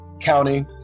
county